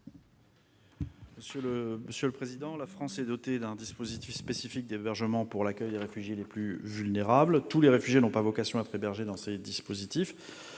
Gouvernement ? La France est dotée d'un dispositif spécifique d'hébergement pour l'accueil des réfugiés les plus vulnérables. Tous les réfugiés n'ont pas vocation à être hébergés dans ce cadre.